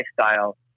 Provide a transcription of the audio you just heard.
lifestyle